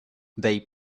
they